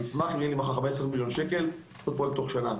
אני אשמח אם יהיו לי מחר 15 מיליון שקל ולעשות את הפרויקט תוך שנה.